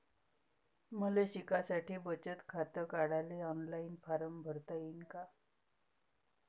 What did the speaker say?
मले शिकासाठी बचत खात काढाले ऑनलाईन फारम भरता येईन का?